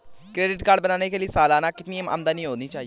Credit card बनाने के लिए सालाना कितनी आमदनी होनी चाहिए?